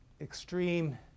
extreme